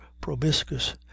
proboscis